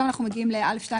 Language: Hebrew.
עכשיו אנחנו מגיעים ל-(א2).